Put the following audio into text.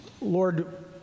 Lord